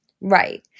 Right